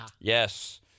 Yes